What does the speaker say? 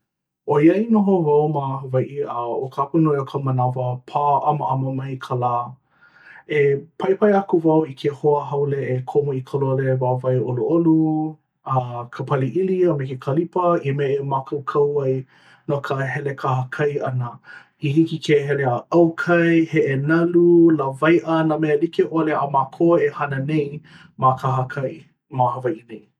ʻOiai noho wau ma Hawaiʻi a ʻo ka hapa nui o ka manawa pā māʻamaʻama mai ka lā. E paepae aku wau i ke hoa haole e komo i ka lole wāwae ʻoluʻolu uh, ka paleʻili a me ke kalipa i mea e mākaukau ai no ka hele kahakai ʻana. I hiki ke hele a ʻau kai, heʻenalu, lawaiʻa, nā mea like ʻole a mākou e hana nei ma kahakai ma Hawaiʻi nei.